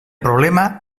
problema